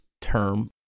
term